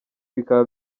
bikaba